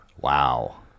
Wow